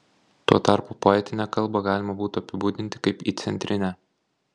tuo tarpu poetinę kalbą galima būtų apibūdinti kaip įcentrinę